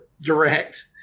Direct